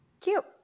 cute